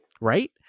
Right